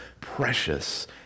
precious